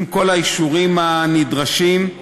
עם כל האישורים הנדרשים,